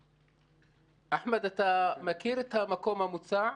אחמד, אתה מכיר את המקום המוצע?